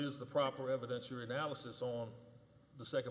is the proper evidence or analysis on the second